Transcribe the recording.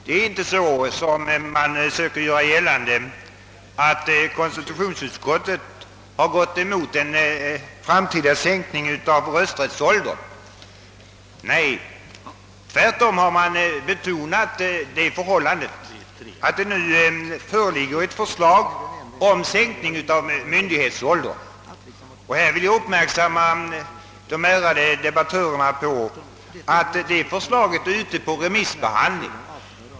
Det är inte så som man söker göra gällande, att konstitutionsutskottet har uttalat sig mot en framtida sänkning av rösträttsåldern — utskottet har tvärtom betonat att det nu föreligger ett förslag om sänkning av myndighetsåldern. Jag vill göra de ärade debattörerna uppmärksamma på att förslaget är ute på remissbehandling.